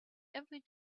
every